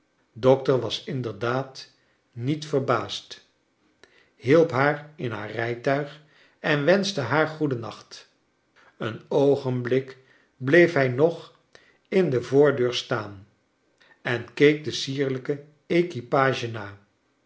dokter was inderdaad niet verba as d hielp haar in haar rijtuig en wenschte haar goeden nacht een oogenblik bleef hij nog in de voordeur staan en keek de sierlijke